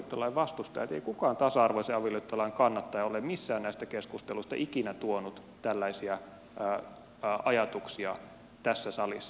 ei kukaan tasa arvoisen avioliittolain kannattaja ole missään näistä keskusteluista ikinä tuonut tällaisia ajatuksia tässä salissa